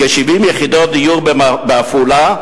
כ-70 יחידות דיור בעפולה,